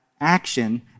action